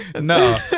No